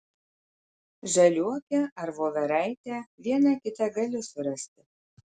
žaliuokę ar voveraitę vieną kitą gali surasti